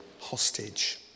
hostage